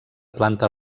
planta